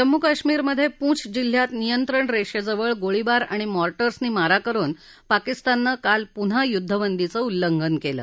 जम्मू कश्मीमधे पूंछ जिल्ह्यात नियंत्रण रेषेजवळ गोळीबार अणि मॉर्टर्सने मारा करुन पाकिस्ताननं काल पुन्हा युद्धबंदीचं उल्लंघन केलं